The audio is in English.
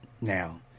now